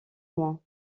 moins